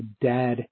dad